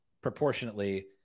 proportionately